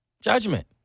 judgment